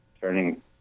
turning